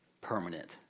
permanent